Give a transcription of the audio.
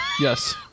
Yes